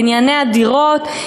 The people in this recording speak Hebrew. בנייני הדירות,